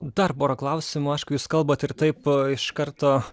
dar pora klausimų aišku jūs kalbat ir taip iš karto